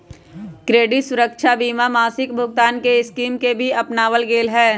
credit सुरक्षवा बीमा में मासिक भुगतान के स्कीम के भी अपनावल गैले है